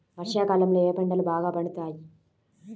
వర్షాకాలంలో ఏ పంటలు బాగా పండుతాయి?